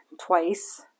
twice